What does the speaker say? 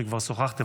שכבר שוחחתם,